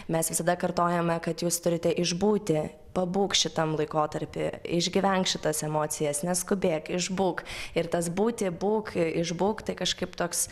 mes visada kartojame kad jūs turite išbūti pabūk šitam laikotarpy išgyvenk šitas emocijas neskubėk išbūk ir tas būti būk išbūk kažkaip toks